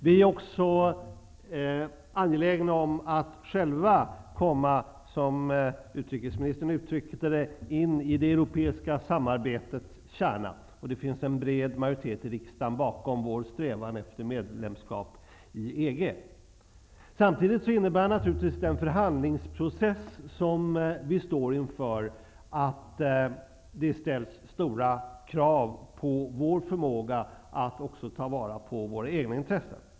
Vi är också angelägna om att själva, som utrikesministern uttryckte det, komma in i det europeiska samarbetets kärna, och det finns i riksdagen en bred majoritet som ställer sig bakom vår strävan efter medlemskap i EG. Samtidigt innebär naturligtvis den förhandlingsprocess som vi står inför att det ställs stora krav på vår förmåga att också ta vara på våra egna intressen.